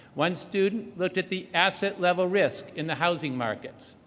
one student looked at the asset-level risk in the housing markets.